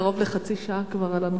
אנחנו כבר קרוב לחצי שעה על הנושא.